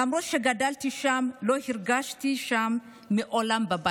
למרות שגדלתי שם, מעולם לא הרגשתי שם בבית.